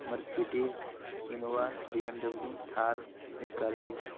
Mercedes Innova BMW Thar scorpio